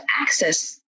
access